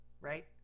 right